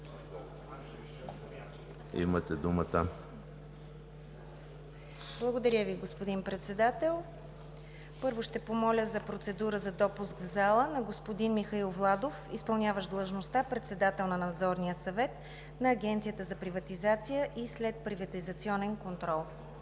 САВЕКЛИЕВА: Благодаря Ви, господин Председател. Моля за процедура за допуск в залата на господин Михаил Владов – изпълняващ длъжността председател на Надзорния съвет на Агенцията за приватизация и следприватизационен контрол.